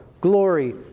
glory